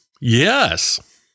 Yes